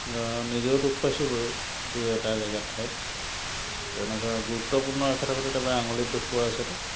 নিজেও দুখ পাইছোঁ বাৰু দুই এটা জেগাত ঠাইত তেনেকুৱা গুৰুত্বপূৰ্ণ আঙুলিত দুখ পোৱা আছেতো